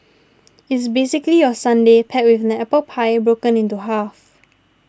it's basically your sundae paired with an apple pie broken into half